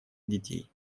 детей